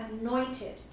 anointed